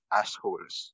assholes